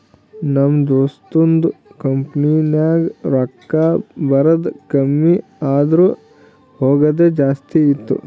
ನಮ್ ದೋಸ್ತದು ಕಂಪನಿನಾಗ್ ರೊಕ್ಕಾ ಬರದ್ ಕಮ್ಮಿ ಆದೂರ್ ಹೋಗದೆ ಜಾಸ್ತಿ ಇತ್ತು